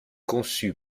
conçu